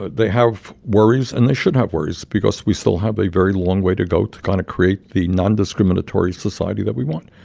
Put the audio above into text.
but they have worries. and they should have worries because we still have a very long way to go to kind of create the nondiscriminatory society that we want.